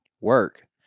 work